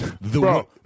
bro